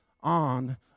on